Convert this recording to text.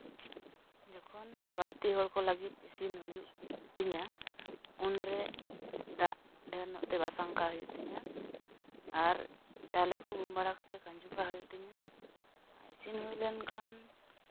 ᱡᱚᱠᱷᱚᱱ ᱵᱟᱹᱲᱛᱤ ᱦᱚᱲᱠᱚ ᱞᱟᱹᱜᱤᱫ ᱤᱥᱤᱱ ᱦᱩᱭᱩᱜ ᱛᱤᱧᱟᱹ ᱩᱱᱨᱮ ᱫᱟᱜ ᱰᱷᱮᱨ ᱧᱚᱜᱛᱮ ᱵᱟᱥᱟᱝ ᱠᱟᱜ ᱦᱩᱭᱩᱜ ᱛᱤᱧᱟᱹ ᱟᱨ ᱪᱟᱣᱞᱮ ᱠᱚ ᱜᱩᱢ ᱵᱟᱲᱟ ᱠᱟᱛᱮᱫ ᱠᱷᱟᱸᱡᱚ ᱠᱟᱜ ᱦᱩᱭᱩᱜ ᱛᱤᱧᱟᱹ ᱤᱥᱤᱱ ᱦᱩᱭ ᱞᱮᱱᱠᱷᱟᱱ